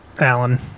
Alan